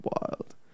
wild